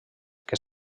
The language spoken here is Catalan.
que